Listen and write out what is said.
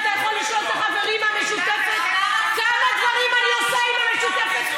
ואתה יכול לשאול את החברים מהמשותפת כמה דברים אני עושה עם המשותפת,